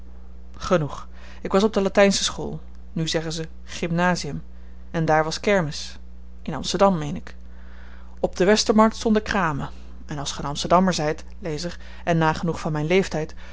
genoeg ik was op de latynsche school nu zeggen ze gymnasium en daar was kermis in amsterdam meen ik op de westermarkt stonden kramen en als ge een amsterdammer zyt lezer en nagenoeg van myn leeftyd